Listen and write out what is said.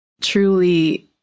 truly